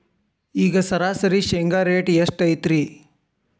ಈಗ ಸರಾಸರಿ ಶೇಂಗಾ ರೇಟ್ ಎಷ್ಟು ಐತ್ರಿ?